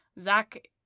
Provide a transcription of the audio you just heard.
Zach